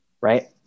Right